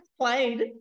played